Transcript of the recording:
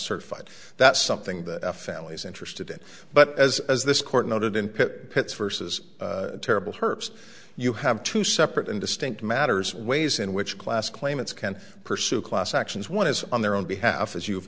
certified that's something that a family's interested in but as as this court noted input pits versus terrible hurts you have two separate and distinct matters ways in which class claimants can pursue class actions one is on their own behalf as you